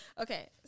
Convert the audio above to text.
Okay